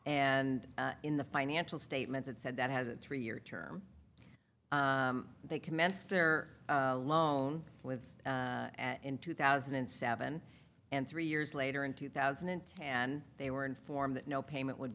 and in the financial statements it said that has a three year term they commenced their loan with in two thousand and seven and three years later in two thousand and ten they were informed that no payment would